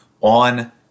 on